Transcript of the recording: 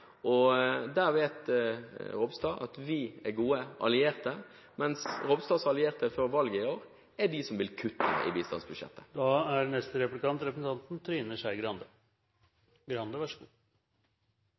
Der vet Ropstad at vi er gode allierte, mens Ropstads allierte før valget i år er de som vil kutte i bistandsbudsjettet. Bistandsministeren snakker hele tida om at det er